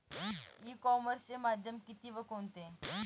E कॉमर्सचे माध्यम किती व कोणते?